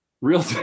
real